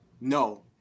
no